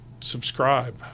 subscribe